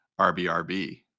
rbrb